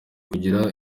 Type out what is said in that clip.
kugira